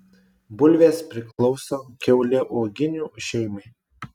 bulvės priklauso kiauliauoginių šeimai